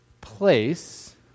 place